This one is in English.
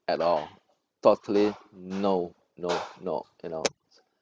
at all totally no no no you know